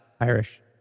Irish